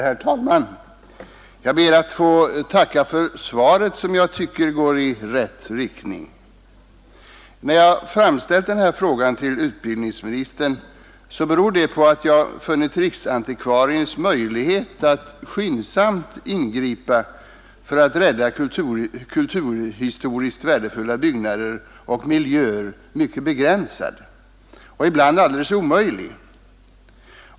Herr talman! Jag ber att få tacka för svaret, som jag tycker går i rätt riktning. När jag framställt denna fråga till herr utbildningsministern beror det på att jag funnit riksantikvariens möjligheter att skyndsamt ingripa för att rädda kulturhistoriskt värdefulla byggnader och miljöer mycket begränsade och ibland alldeles obefintliga.